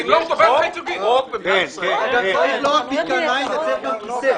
אם לא, אתה חוטף תביעה ייצוגית.